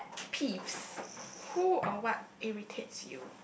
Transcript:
peeves who or what irritates you